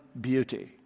beauty